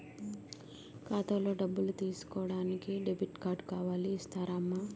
ఖాతాలో డబ్బులు తీసుకోడానికి డెబిట్ కార్డు కావాలి ఇస్తారమ్మా